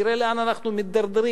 תראה לאן אנחנו מידרדרים,